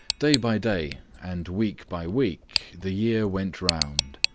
day by day and week by week the year went round.